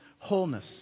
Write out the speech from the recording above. Wholeness